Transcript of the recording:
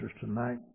tonight